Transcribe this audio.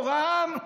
איפה רע"מ?